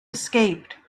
escaped